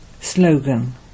Slogan